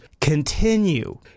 continue